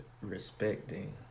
respecting